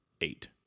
eight